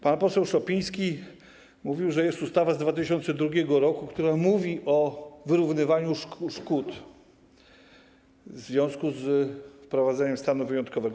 Pan poseł Szopiński mówił, że jest ustawa z 2002 r., która mówi o wyrównywaniu szkód w związku z wprowadzeniem stanu wyjątkowego.